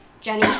Jenny